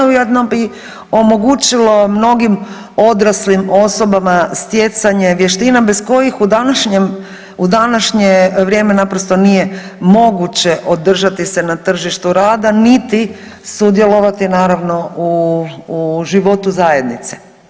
Ujedno bi omogućilo mnogim odraslim osobama stjecanje vještina bez kojih u današnje vrijeme naprosto nije moguće održati se na tržištu rada niti sudjelovati naravno u životu zajednice.